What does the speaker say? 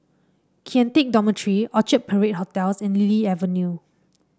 Kian Teck Dormitory Orchard Parade Hotels and Lily Avenue